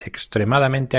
extremadamente